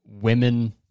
women